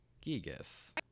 Gigas